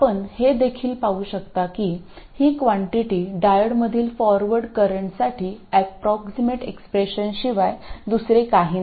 आपण हे देखील पाहू शकता की ही कॉन्टिटी डायोडमधील फॉरवर्ड करंटसाठी अप्रॉक्सीमेट एक्सप्रेशनशिवाय दुसरे काही नाही